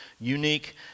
unique